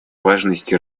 важность